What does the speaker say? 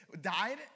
died